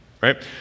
right